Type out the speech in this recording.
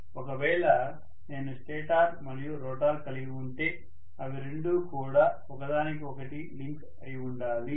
ఒకవేళ నేను స్టేటార్ మరియు రోటర్ కలిగి ఉంటే అవి రెండూ కూడా ఒకదానికి ఒకటి లింక్ అయి ఉండాలి